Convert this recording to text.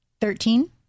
Thirteen